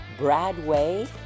Bradway